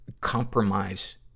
compromise